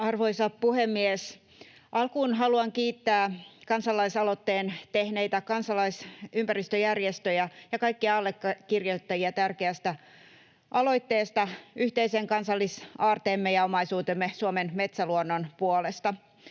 Arvoisa puhemies! Alkuun haluan kiittää kansalaisaloitteen tehneitä kansalaisympäristöjärjestöjä ja kaikkia allekirjoittajia tärkeästä aloitteesta yhteisen kansallisaarteemme ja omaisuutemme, Suomen metsäluonnon, puolesta.